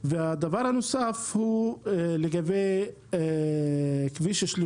הדבר הנוסף הוא לגבי כביש 31